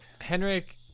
Henrik